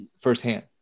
firsthand